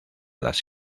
las